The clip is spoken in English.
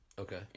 Okay